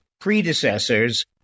predecessors